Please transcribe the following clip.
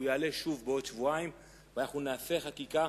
והוא יעלה שוב בעוד שבועיים ואנחנו נעשה חקיקה.